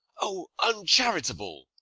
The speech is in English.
o, uncharitable!